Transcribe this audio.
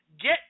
get